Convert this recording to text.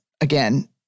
again